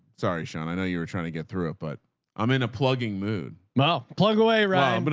sorry, sean. i know you were trying to get through it, but i'm in a plugging mood. well, plug away right. and but